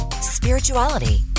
spirituality